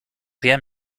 rien